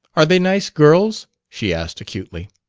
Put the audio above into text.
are they nice girls? she asked acutely.